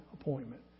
appointment